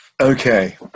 Okay